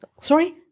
Sorry